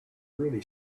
really